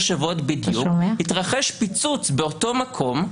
שבועות בדיוק התרחש פיצוץ באותו מקום,